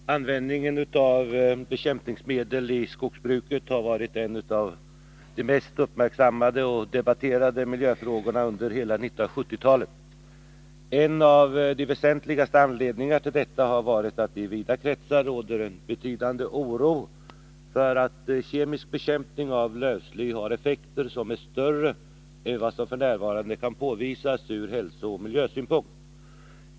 Herr talman! Användningen av bekämpningsmedel i skogsbruket har varit en av de mest uppmärksammade och debatterade miljöfrågorna under hela 1970-talet. En av de väsentligaste anledningarna till detta har varit att det i vida kretsar råder en betydande oro för att kemisk bekämpning av lövsly har effekter ur hälsooch miljösynpunkt som är större än vad som f. n. kan påvisas.